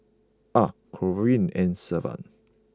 Ah Corrine and Sylvan